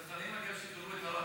הצנחנים שחררו את הר הבית,